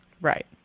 Right